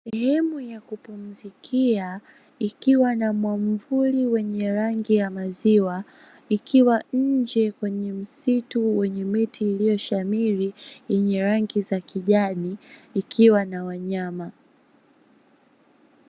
Sehemu ya kupumzikia, ikiwa na mwamvuli wenye rangi ya maziwa, ikiwa nje kwenye msitu wenye miti iliyoshamiri, yenye rangi za kijani, ikiwa na wanyama.